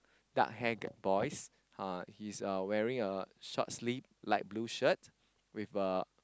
dark hair boys uh he's uh wearing a short sleeve light blue shirt with a